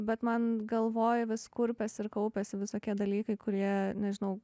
bet man galvoj vis kurpiasi ir kaupiasi visokie dalykai kurie nežinau